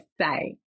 say